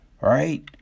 right